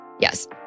yes